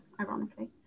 ironically